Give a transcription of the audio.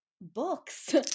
books